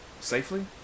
safely